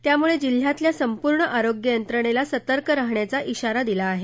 त्यामुळे जिल्ह्यातल्या संपूर्ण आरोग्य यंत्रणेला सतर्क राहण्याचा इशारा दिला आहे